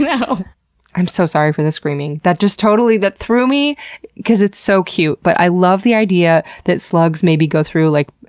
yeah i'm so sorry for the screaming. that just totally threw me because it's so cute. but i love the idea that slugs maybe go through, like,